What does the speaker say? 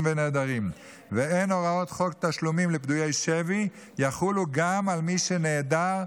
ונעדרים והן הוראות חוק תשלומים לפדויי שבי יחולו גם על מי שנעדר,